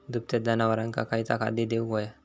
दुभत्या जनावरांका खयचा खाद्य देऊक व्हया?